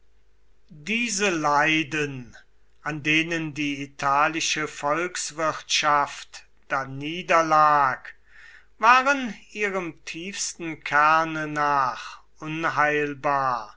diese leiden an denen die italische volkswirtschaft daniederlag waren ihrem tiefsten kerne nach unheilbar